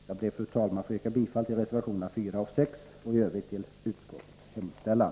Jag ber, fru talman, att få yrka bifall till reservationerna 4 och 6 och i övrigt till utskottets hemställan.